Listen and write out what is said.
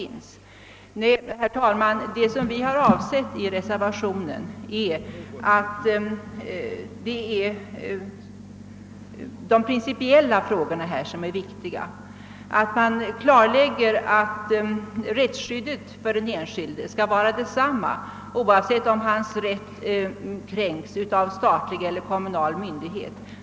Nej, herr talman, vi har med reservationen velat framhålla att det är de principiella frågorna som är viktiga i detta sammanhang, och att det klarläggs att rättsskyddet för den enskilde skall vara detsamma, oavsett om hans rätt kränks av statlig eller kommunal myndighet.